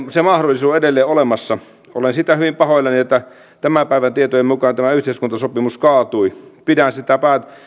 se mahdollisuus on edelleen olemassa olen siitä hyvin pahoillani että tämän päivän tietojen mukaan tämä yhteiskuntasopimus kaatui pidän sitä